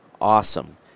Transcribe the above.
Awesome